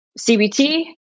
CBT